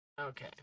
Okay